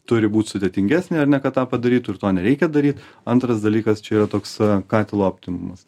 turi būt sudėtingesnė ar ne kad tą padarytų ir to nereikia daryt antras dalykas čia yra toks katilo optimumas